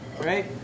right